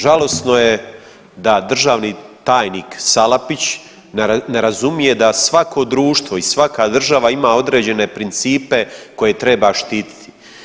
Žalosno je da državni tajnik Salapić ne razumije da svako društvo i svaka država ima određene principe koje treba štititi.